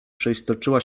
przeistoczyła